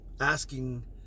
asking